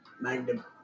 Magnum